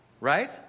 Right